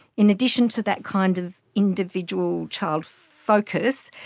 in addition to that kind of individual child focus,